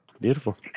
beautiful